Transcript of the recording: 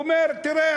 הוא אומר: תראה,